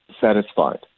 satisfied